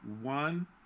one